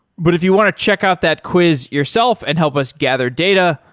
but if you want to check out that quiz yourself and help us gather data,